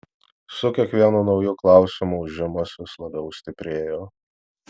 su kiekvienu nauju klausimu ūžimas vis labiau stiprėjo